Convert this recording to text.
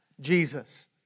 Jesus